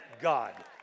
God